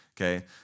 okay